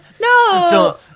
No